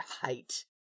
height